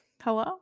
hello